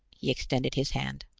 he extended his hand.